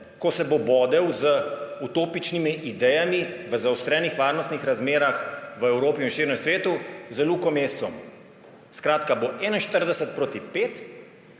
ko se bo bodel z utopičnimi idejami v zaostrenih varnostnih razmerah v Evropi in širnem svetu z Luko Mesecem. Skratka, bo 41 proti 5